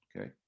Okay